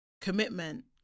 commitment